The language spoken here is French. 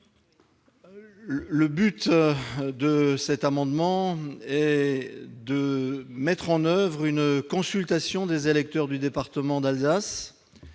Bas-Rhin. Cet amendement vise à mettre en oeuvre une consultation des électeurs du département d'Alsace,